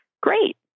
Great